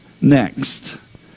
next